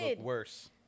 Worse